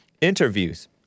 interviews